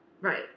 Right